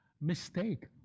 mistake